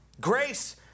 Grace